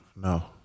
No